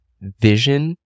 vision